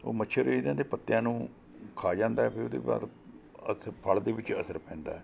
ਉਹ ਮੱਛਰ ਇਹਦਾਂ ਦੇ ਪੱਤਿਆਂ ਨੂੰ ਖਾ ਜਾਂਦਾ ਹੈ ਫਿਰ ਉਹਦੇ ਬਾਅਦ ਇੱਥੇ ਫਲ਼ ਦੇ ਵਿੱਚ ਅਸਰ ਪੈਂਦਾ